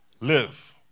live